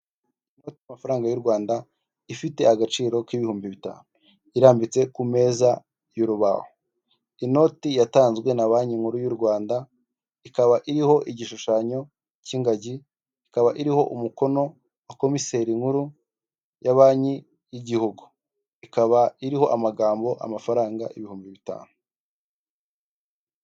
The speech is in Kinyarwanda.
Amafaranga y'u Rwanda ifite agaciro k'ibihumbi bitanu irambitse ku meza y'urubaho, inoti yatanzwe na banki nkuru y'u Rwanda ikaba iriho igishushanyo k'ingagi, ikaba iriho umukono wa komiseri nkuru ya banki y'igihugu, ikaba iriho amagambo amafaranga ibihumbi bitanu.